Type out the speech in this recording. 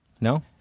No